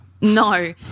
No